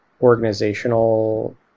organizational